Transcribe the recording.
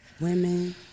Women